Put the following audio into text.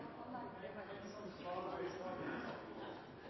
men det er